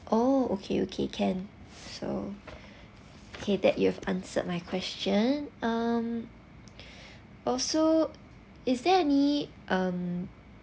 oh okay okay can so K that you've answered my question um also is there any um